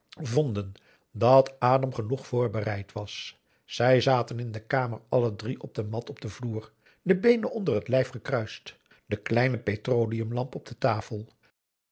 vonden dat adam genoeg voorbereid was zij zaten in de kamer alle drie op de mat op den vloer de beenen onder het lijf gekruist de kleine petroleumlamp op de tafel